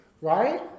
right